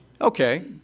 Okay